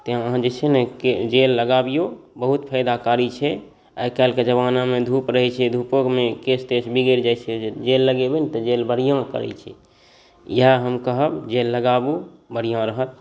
तेँ अहाँ जे छै ने जेल लगाबिऔ बहुत फाइदाकारी छै आइकाल्हिके जमानामे धूप रहै छै धूपोमे केश तेश बिगड़ि जाइ छै जेल लगेबै ने तऽ जेल बढ़िआँ करै छै इएह हम कहब जेल लगाबू बढ़िआँ रहत